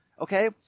Okay